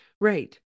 right